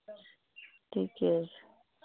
ठीके अछि